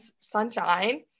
sunshine